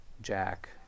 Jack